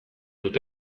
dute